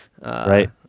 Right